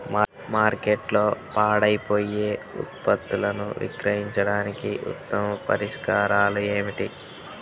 మార్కెట్లో పాడైపోయే ఉత్పత్తులను విక్రయించడానికి ఉత్తమ పరిష్కారాలు ఏమిటి?